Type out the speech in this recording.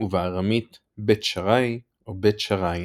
ובארמית "בית-שריי" או "בית שריין".